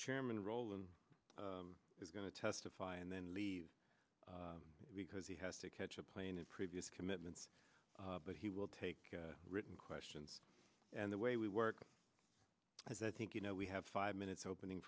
chairman roland is going to testify and then leave because he has to catch a plane in previous commitments but he will take written questions and the way we work as i think you know we have five minutes opening